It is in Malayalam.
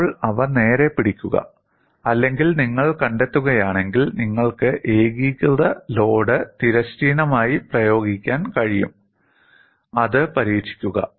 ഇപ്പോൾ അവ നേരെ പിടിക്കുക അല്ലെങ്കിൽ നിങ്ങൾ കണ്ടെത്തുകയാണെങ്കിൽ നിങ്ങൾക്ക് ഏകീകൃത ലോഡ് തിരശ്ചീനമായി പ്രയോഗിക്കാൻ കഴിയും അത് പരീക്ഷിക്കുക